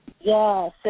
Yes